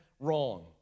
wrong